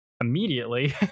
immediately